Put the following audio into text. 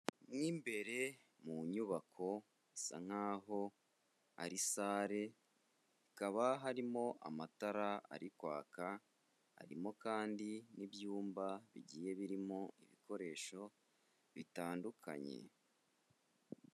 Mo imbere mu nyubako isa nkaho ari sale, hakaba harimo amatara ari kwaka, harimo kandi n'ibyumba bigiye birimo ibikoresho bitandukanye.